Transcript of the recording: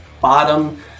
bottom